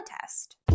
test